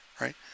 right